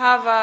hafa